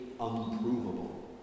unprovable